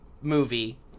movie